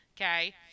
okay